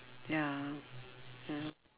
ya ya